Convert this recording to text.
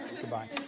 goodbye